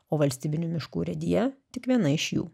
o valstybinių miškų urėdija tik viena iš jų